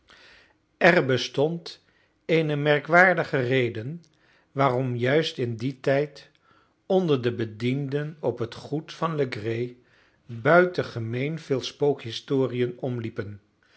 er bestond eene merkwaardige reden waarom juist in dien tijd onder de bedienden op het goed van legree buitengemeen veel spookhistoriën omliepen